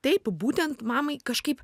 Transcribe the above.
taip būtent mamai kažkaip